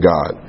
God